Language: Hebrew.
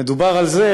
מדובר על זה